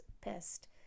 pissed